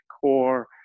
core